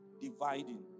dividing